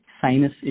sinus